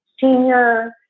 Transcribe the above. senior